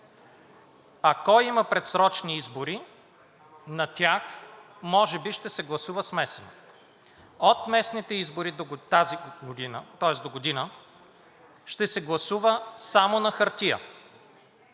Ако има предсрочни избори, на тях може би ще се гласува смесено. От местните избори тази година, тоест догодина, ще се гласува само на хартия!